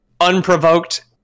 unprovoked